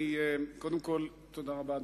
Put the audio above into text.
תודה רבה.